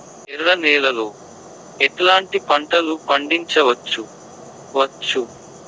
ఎర్ర నేలలో ఎట్లాంటి పంట లు పండించవచ్చు వచ్చు?